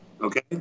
okay